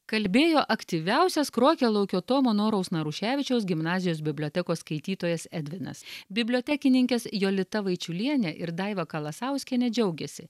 kalbėjo aktyviausias krokialaukio tomo noraus naruševičiaus gimnazijos bibliotekos skaitytojas edvinas bibliotekininkės jolita vaičiulienė ir daiva kalasauskienė džiaugiasi